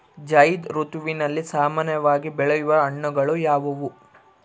ಝೈಧ್ ಋತುವಿನಲ್ಲಿ ಸಾಮಾನ್ಯವಾಗಿ ಬೆಳೆಯುವ ಹಣ್ಣುಗಳು ಯಾವುವು?